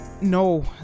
no